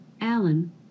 Alan